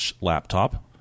laptop